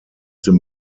dem